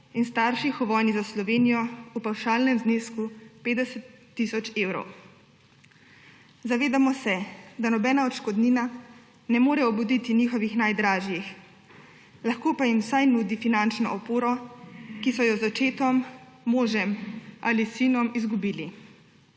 in starši padlih v vojni za Slovenijo po pavšalnem znesku 50 tisoč evrov. Zavedamo se, da nobena odškodnina ne more obuditi njihovih najdražjih, lahko pa jim vsaj nudi finančno oporo, ki so jo z očetom, možem ali sinom izgubili.